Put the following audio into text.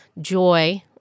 joy